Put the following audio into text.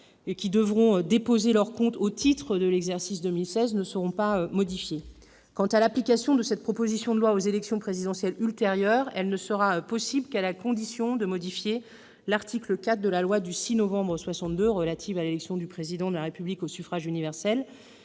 qui devront déposer leurs comptes au titre de l'exercice 2016 ne seront pas modifiées. Quant à l'application de cette proposition de loi aux élections présidentielles ultérieures, elle ne sera envisageable qu'à la condition de modifier l'article 4 de la loi du 6 novembre 1962 relative à l'élection du Président de la République au suffrage universel,